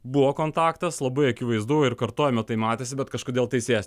buvo kontaktas labai akivaizdu ir kartojame tai matėsi bet kažkodėl teisėjas